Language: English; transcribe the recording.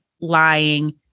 lying